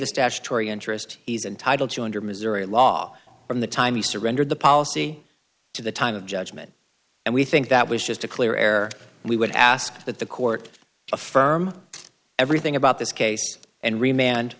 the statutory interest he's entitled to under missouri law from the time he surrendered the policy to the time of judgment and we think that was just a clear air we would ask that the court affirm everything about this case and